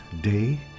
day